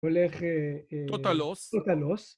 ‫הולך... ‫-טוטל לוס. ‫-טוטל לוס.